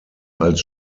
als